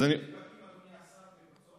יש נדבקים, אדוני השר, בבתי הסוהר?